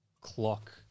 clock